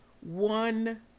one